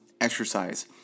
exercise